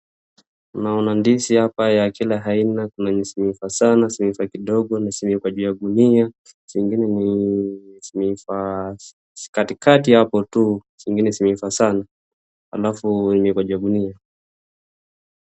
Naona ndizi hapa ya kila aina, kuna zenye zimeiva sana, zimeiva kidogo kidogo na zimewekwa juu ya ngunia, zingine zimeiva katikati hapo tu, zingine zimeiva sana, alafu imewekwa juu ya ngunia.